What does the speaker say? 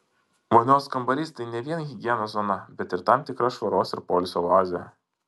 vonios kambarys tai ne vien higienos zona bet ir tam tikra švaros ir poilsio oazė